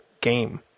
game